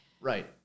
Right